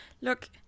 Look